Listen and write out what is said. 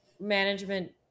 management